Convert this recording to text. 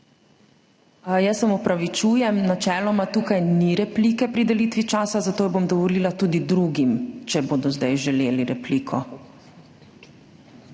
Jaz se vam opravičujem, načeloma tukaj ni replike pri delitvi časa, zato jo bom dovolila tudi drugim, če bodo zdaj želeli repliko.